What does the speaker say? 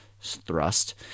thrust